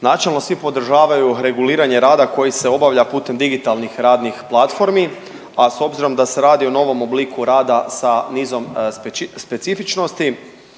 Načelno svi podržavaju reguliranje rada koji se obavlja putem digitalnih radnih platformi, a s obzirom da se radi o novom obliku rada sa nizom specifičnosti